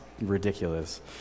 ridiculous